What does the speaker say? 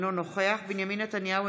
אינו נוכח בנימין נתניהו,